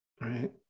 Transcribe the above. Right